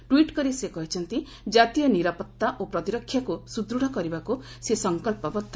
tweet କରି ସେ କହିଛନ୍ତି ଜାତୀୟ ନିରାପତ୍ତା ଓ ପ୍ରତିରକ୍ଷାକୁ ସୁଦୃଢ଼ କରିବାକୁ ସେ ସଙ୍କଳ୍ପବଦ୍ଧ